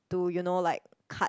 to you know like cut